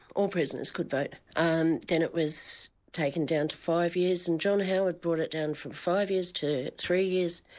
all prisoners could vote. and then it was taken down to five years, and john howard brought it down from five years to three years,